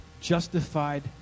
justified